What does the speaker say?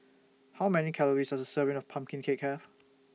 How Many Calories Does A Serving of Pumpkin Cake Have